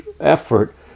effort